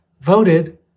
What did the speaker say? voted